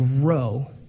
grow